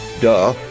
duh